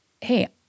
hey